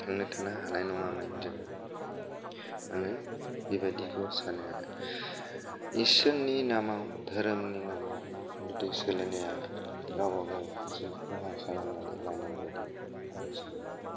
थांनानै थानो हानाय नंआमोन जोंङो आंङो बिबायदिखौ सानो आरो इसोरनि नामाव धोरोमनि नामाव पलिटिक्स गेलेनाया गावबागावखौ खहा खालामनानै लानाय बायदिसो